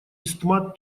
истмат